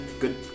good